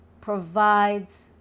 provides